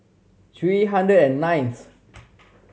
three hundred and ninth